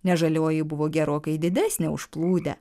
nes žalioji buvo gerokai didesnė už plūdę